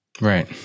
Right